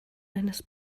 eines